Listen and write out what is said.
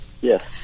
Yes